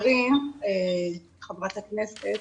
חברת הכנסת,